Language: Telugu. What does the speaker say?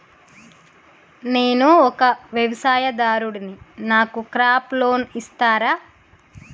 నేను ఒక వ్యవసాయదారుడిని నాకు క్రాప్ లోన్ ఇస్తారా?